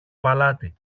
παλάτι